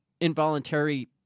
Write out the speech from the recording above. involuntary